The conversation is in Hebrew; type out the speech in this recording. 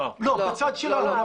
לא, בצד שלנו.